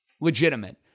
legitimate